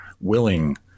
willing